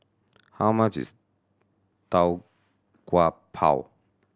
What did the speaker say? how much is Tau Kwa Pau